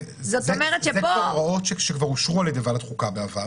זה הוראות שכבר אושרו על ידי ועדת חוקה בעבר.